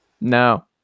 No